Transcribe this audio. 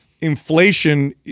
inflation